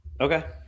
Okay